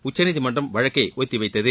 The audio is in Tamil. உச்சநீதிமன்றம் வழக்கை ஒத்திவைத்தது